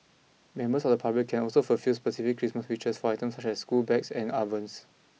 members of the public can also fulfil specific Christmas wishes for items such as school bags and ovens